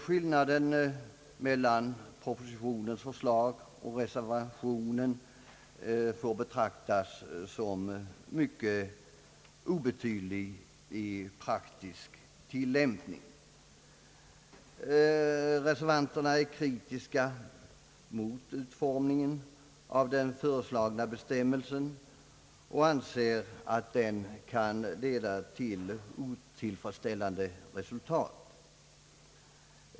Skillnaden mellan propositionens förslag och reservationen får betraktas som mycket obetydlig i praktisk tillämpning. Reservanterna är kritiska mot utformningen av den föreslagna bestämmelsen och anser att den kan leda till otillfredsställande resultat.